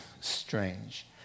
strange